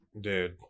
Dude